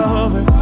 over